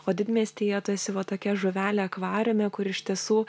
o didmiestyje tu esi va tokia žuvelė akvariume kur iš tiesų